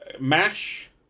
MASH